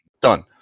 Done